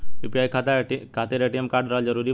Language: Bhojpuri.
यू.पी.आई खाता खातिर ए.टी.एम कार्ड रहल जरूरी बा?